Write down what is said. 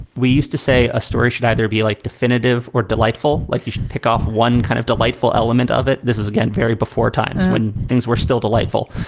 we used to say a story should either be like definitive or delightful. like you should pick off one kind of delightful element of it. this is again, very before times when things were still delightful.